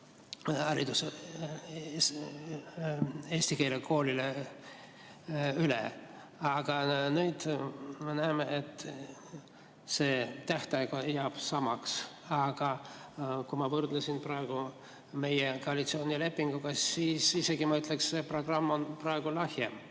eestikeelsele koolile üle. Aga nüüd me näeme, et see tähtaeg jääb samaks. Kui ma võrdlesin meie koalitsioonilepinguga, siis ma isegi ütleksin, et programm on praegu lahjem.